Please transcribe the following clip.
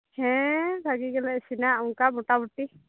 ᱦᱮᱸ ᱵᱷᱟᱹᱜᱤ ᱜᱮᱞᱮ ᱤᱥᱤᱱᱟ ᱚᱱᱠᱟ ᱢᱚᱴᱟᱢᱩᱴᱤ